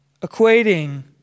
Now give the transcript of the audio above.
equating